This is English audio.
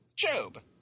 Job